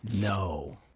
No